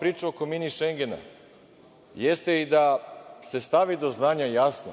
priča oko „mini Šengena“ jeste i da se stavi do znanja jasno